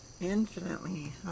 infinitely